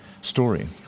story